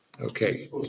Okay